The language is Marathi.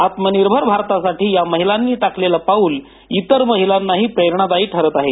आत्मनिर्भर भारतासाठी या महिलांनी टाकलेल पाउल इतर महिलांनाही प्रेरणादायी ठरत आहे